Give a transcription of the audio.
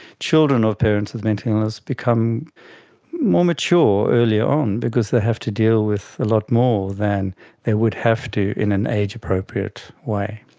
children of parents with mental illness become more mature earlier on because they have to deal with a lot more than they would have to in an age appropriate way.